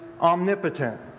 omnipotent